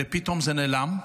ופתאום זה נעלם.